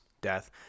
death